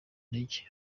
intege